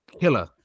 killer